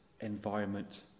environment